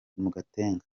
gatenga